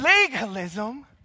Legalism